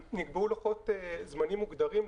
נקבעו לוחות זמנים מוגדרים.